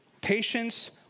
patience